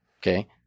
okay